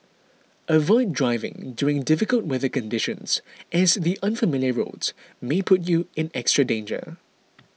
avoid driving during difficult weather conditions as the unfamiliar roads may put you in extra danger